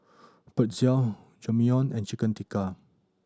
Pretzel Jajangmyeon and Chicken Tikka